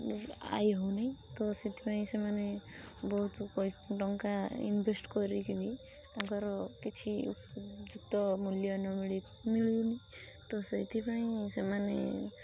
ଆୟ ହେଉନାହିଁ ତ ସେଥିପାଇଁ ସେମାନେ ବହୁତ ଟଙ୍କା ଇନଭେଷ୍ଟ କରିକିନି ତାଙ୍କର କିଛି ଉପଯୁକ୍ତ ମୂଲ୍ୟ ମିଳୁନି ତ ସେଇଥିପାଇଁ ସେମାନେ